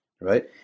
right